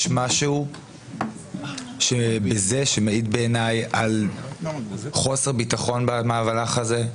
יש בזה משהו שבעיניי הוא מעיד על חוסר ביטחון במהלך הזה,